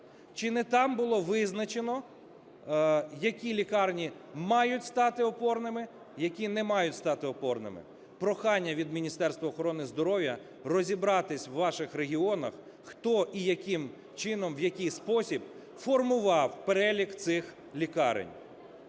Чи не там було визначено, які лікарні мають стати опорними, які не мають стати опорними? Прохання від Міністерства охорони здоров'я розібратись у ваших регіонах, хто і яким чином, у який спосіб формував перелік цих лікарень.